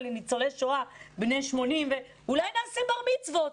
לניצולי שואה בני 80. אולי נעשה בר-מצווה,